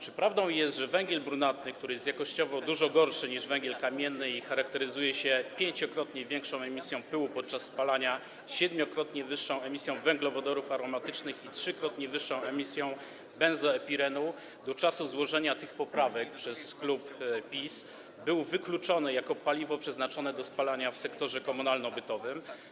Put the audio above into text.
Czy prawdą jest, że węgiel brunatny, który jest jakościowo dużo gorszy niż węgiel kamienny i charakteryzuje się pięciokrotnie wyższą emisją pyłu podczas spalania, siedmiokrotnie wyższą emisją węglowodorów aromatycznych i trzykrotnie wyższą emisją benzopirenu, do czasu złożenia tych poprawek przez klub PiS był wykluczony jako paliwo przeznaczone do spalania w sektorze komunalno-bytowym?